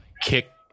kick